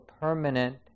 permanent